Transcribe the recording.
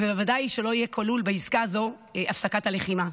ובוודאי שלא תהיה כלולה בעסקה הזו הפסקת הלחימה,